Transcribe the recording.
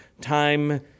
time